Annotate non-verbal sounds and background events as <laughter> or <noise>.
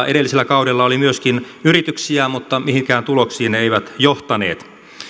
<unintelligible> edellisellä kaudella oli yrityksiä mutta mihinkään tuloksiin ne eivät johtaneet